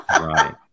Right